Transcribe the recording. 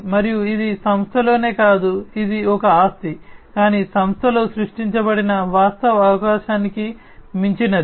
మరియు ఇది సంస్థలోనే కాదు ఇది ఒక ఆస్తి కానీ సంస్థలో సృష్టించబడిన వాస్తవ అవకాశానికి మించినది